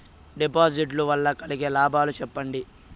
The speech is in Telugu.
డిపాజిట్లు లు వల్ల కలిగే లాభాలు సెప్పండి?